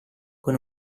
con